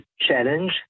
challenge